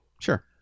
Sure